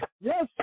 Yes